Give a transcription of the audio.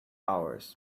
hours